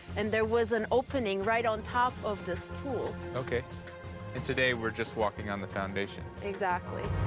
and there was an opening right on top of this pool. ok. and today we're just walking on the foundation. exactly.